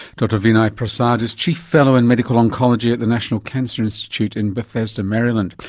dr vinay prasad is chief fellow in medical oncology at the national cancer institute in bethesda, maryland.